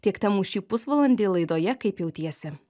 tiek temų šį pusvalandį laidoje kaip jautiesi